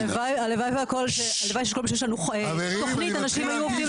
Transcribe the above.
הלוואי שכל פעם שיש לנו תוכנית אנשים היו עובדים